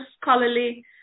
scholarly